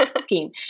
scheme